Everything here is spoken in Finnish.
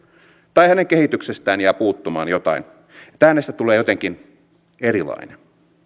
tai hänen kehityksestään jää puuttumaan jotain että hänestä tulee jotenkin erilainen